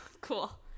Cool